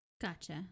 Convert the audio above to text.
Gotcha